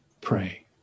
pray